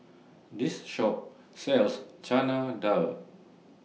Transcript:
This Shop sells Chana Dal